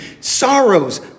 sorrows